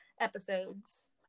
episodes